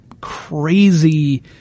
crazy